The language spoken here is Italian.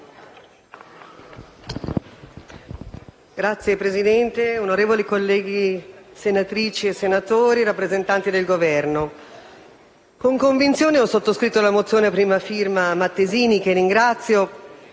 Signor Presidente, onorevoli senatrici e senatori, rappresentanti del Governo, con convinzione ho sottoscritto la mozione a prima firma Mattesini, che ringrazio,